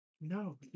No